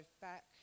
back